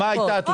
מי נמנע?